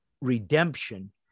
redemption